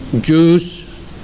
Jews